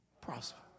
prosper